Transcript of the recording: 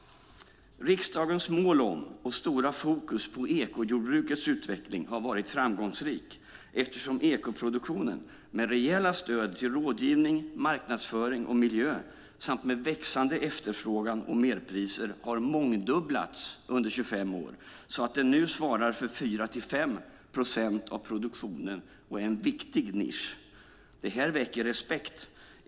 Riksdagens mål om och stora fokus på ekojordbrukets utveckling har varit framgångsrikt, eftersom ekoproduktionen med rejäla stöd till rådgivning, marknadsföring och miljö samt med växande efterfrågan och merpriser har mångdubblats under 25 år så att den nu svarar för 4-5 procent av produktionen och är en viktig nisch. Detta väcker respekt.